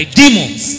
demons